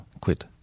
quit